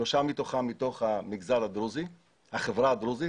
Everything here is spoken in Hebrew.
שלושה מהם מתוך החברה הדרוזית.